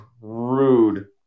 rude